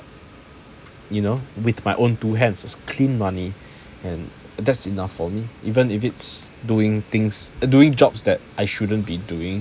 you know with my own two hands is clean money and that's enough for me even if it's doing things~ doing jobs that I shouldn't be doing